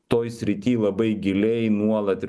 toj srity labai giliai nuolat ir